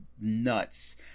nuts